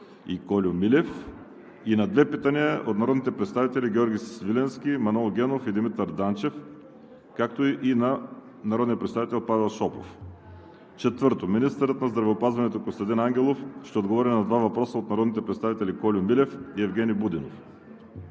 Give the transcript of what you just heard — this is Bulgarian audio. и Кольо Милев, и на две питания – от народните представители Георги Свиленски, Манол Генов и Димитър Данчев, както и на народния представител Павел Шопов. 4. Министърът на здравеопазването Костадин Ангелов ще отговори на два въпроса от народните представители Кольо Милев, и Евгени Будинов.